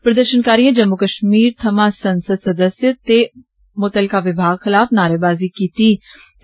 प्रदर्षनकारियें जम्मू कष्मीर थमां संसद सदस्य ते मुत्तलका विभाग खिलाफ नारेबाजी कीती ते